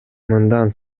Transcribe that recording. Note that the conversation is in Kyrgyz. мындан